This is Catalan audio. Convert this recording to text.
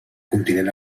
continent